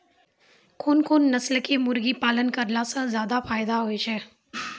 कोन कोन नस्ल के मुर्गी पालन करला से ज्यादा फायदा होय छै?